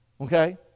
Okay